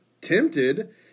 tempted